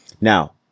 Now